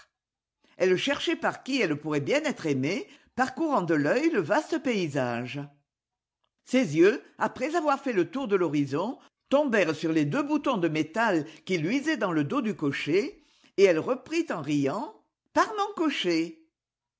elle cherchait par qui elle pourrait bien être aimée parcourant de l'œil le vaste paysage ses yeux après avoir fait le tour de l'horizon tombèrent sur les deux boutons de métal qui luisaient dans le dos du cocher rose ip et elle reprit en riant par mon cocher